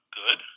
good